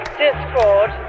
discord